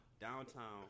downtown